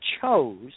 chose